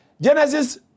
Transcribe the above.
Genesis